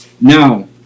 Now